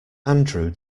andrew